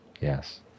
Yes